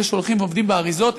אלה שהולכים ועובדים באריזות,